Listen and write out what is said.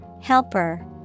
Helper